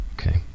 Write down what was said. Okay